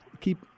keep